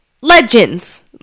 legends